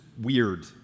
weird